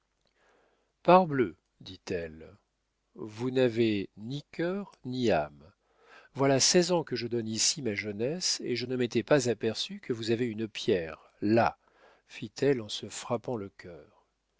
parbleu dit-elle vous n'avez ni cœur ni âme voilà seize ans que je donne ici ma jeunesse et je ne m'étais pas aperçue que vous avez une pierre là fit-elle en se frappant le cœur